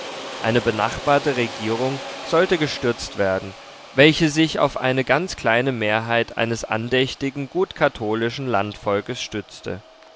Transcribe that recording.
eine benachbarte regierung sollte gestürzt werden welche sich auf eine ganz kleine mehrheit eines andächtigen gutkatholischen landvolkes stützte